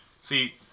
See